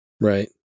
Right